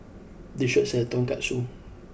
this shop sells Tonkatsu